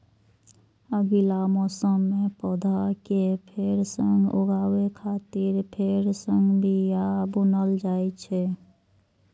अगिला मौसम मे पौधा कें फेर सं उगाबै खातिर फेर सं बिया बुनल जाइ छै